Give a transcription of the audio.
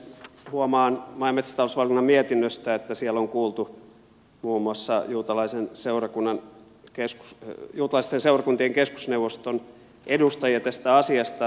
huomaan maa ja metsätalousvaliokunnan mietinnöstä että siellä on kuultu muun muassa juutalaisten seurakuntien keskusneuvoston edustajia tästä asiasta